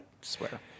swear